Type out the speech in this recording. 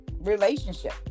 relationship